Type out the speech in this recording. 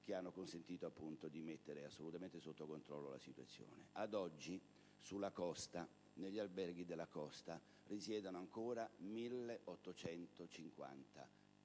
che hanno consentito di mettere assolutamente sotto controllo la situazione. Ad oggi, negli alberghi della costa risiedono ancora 1.850 aquilani,